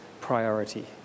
priority